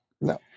No